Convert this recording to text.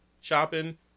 shopping